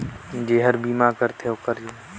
फसल बीमा मोला करना हे ओकर बार कहा जाना होही?